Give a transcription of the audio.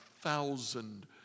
thousand